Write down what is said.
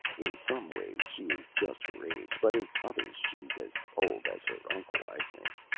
in some ways she is just her age, but in others she's as old as her uncle, i think.